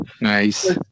Nice